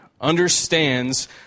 understands